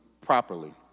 properly